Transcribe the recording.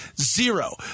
Zero